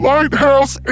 Lighthouse